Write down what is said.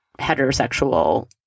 heterosexual